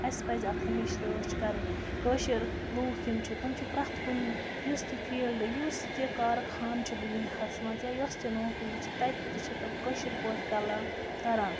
اسہِ پَزِ اَتھ ہمیشہِ رٲچھ کَرٕنۍ کٲشِرۍ لوٗکھ یِم چھِ تِم چھِ پرٛیٚتھ کُنہِ یُس تہِ فیٖلڈٕ یُس تہِ کارخانہٕ چھُ دُنیاہَس منٛز یا یۄس تہِ نوکری چھِ تَتہِ تہِ چھِ تِم کٲشِر پٲٹھۍ کَلام کَران